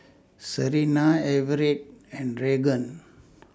Serina Everette and Raegan